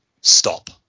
stop